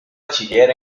bachiller